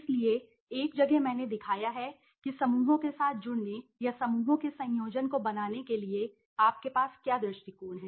इसलिए एक जगह मैंने दिखाया है कि समूहों के साथ जुड़ने या समूहों के संयोजन को बनाने के लिए आपके पास क्या दृष्टिकोण हैं